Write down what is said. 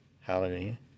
Hallelujah